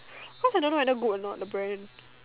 cause I don't know whether good or not the brand